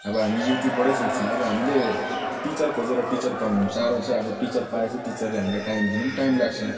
अब हामीले युट्युबबाटै सिक्छौँ अब हामीले टिचर खोजेर टिचर पाउन पनि साह्रो छ अब टिचर पाएपछि टिचरले हामीलाई टाइम दिनु पनि टाइम लाग्छ